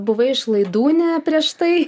buvai išlaidūnė prieš tai